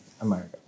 America